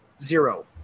zero